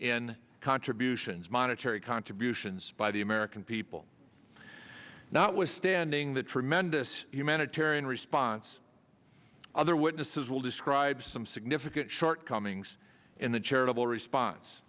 in contributions monetary contributions by the american people not withstanding the tremendous humanitarian response other witnesses will describe some significant shortcomings in the charitable response